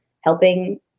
helping